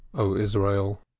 o israel,